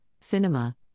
cinema